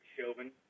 Chauvin